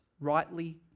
rightly